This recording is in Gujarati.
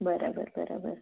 બરાબર બરાબર